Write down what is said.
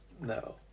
no